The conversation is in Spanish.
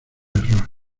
error